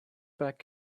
back